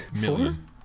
million